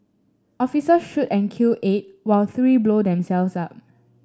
officer shoot and kill eight while three blow themselves up